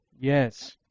Yes